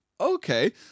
Okay